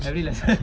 every lesson